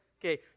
Okay